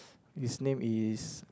his name is